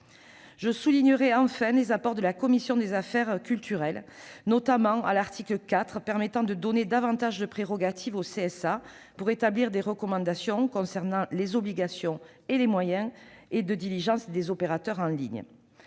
Je soulignerai enfin les apports de la commission de la culture, notamment à l'article 4, qui permettent de donner davantage de prérogatives au CSA pour établir des recommandations concernant les obligations de moyens et de diligence des opérateurs en ligne.